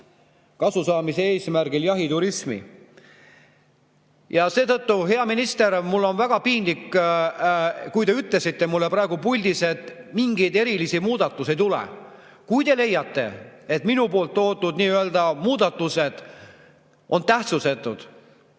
kasu saamise eesmärgil jahiturismi. Ja seetõttu, hea minister, mul on väga piinlik, et te ütlesite mulle praegu puldis, et mingeid erilisi muudatusi ei tule. Kui te leiate, et need minu toodud muudatused on tähtsusetud,